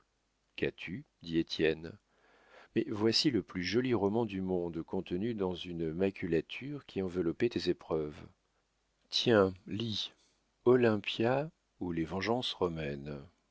lui dit étienne mais voici le plus joli roman du monde contenu dans une maculature qui enveloppait tes épreuves tiens lis olympia ou les vengeances